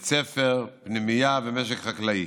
בית ספר, פנימייה ומשק חקלאי,